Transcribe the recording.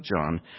John